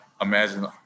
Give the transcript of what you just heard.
imagine